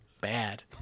bad